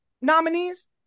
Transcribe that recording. nominees